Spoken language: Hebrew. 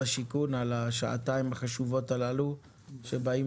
הבינוי והשיכון על השעתיים החשובות הללו שבהן